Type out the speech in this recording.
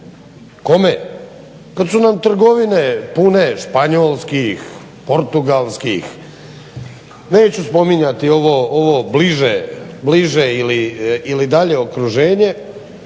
Kome? Kad su nam trgovine pune španjolskih, portugalskih, neću spominjati ovo bliže ili dalje okruženje